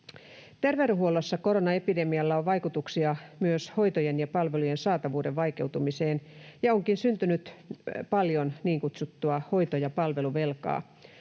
Terveydenhuollossa koronaepidemialla on vaikutuksia myös hoitojen ja palvelujen saatavuuden vaikeutumiseen, ja onkin syntynyt paljon niin kutsuttua hoito‑ ja palveluvelkaa.